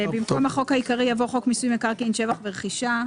במקום "החוק העיקרי" יבוא "חוק מיסוי מקרקעין שבח ורכישה".